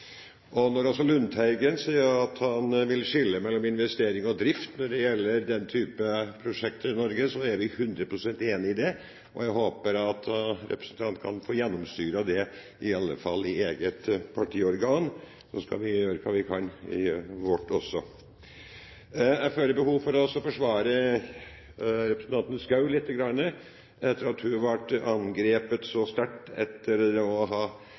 Og når også Lundteigen sier at han vil skille mellom investering og drift når det gjelder den typen prosjekter i Norge, er vi 100 pst. enig i det. Jeg håper at representanten kan få gjennomsyret det i alle fall i eget partiorgan, så skal vi gjøre hva vi kan i vårt også. Jeg føler behov for å forsvare representanten Schou litt, etter at hun ble angrepet så sterkt etter å ha